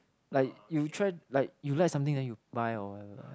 like you try like you like something then you buy whatever